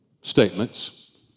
statements